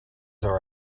are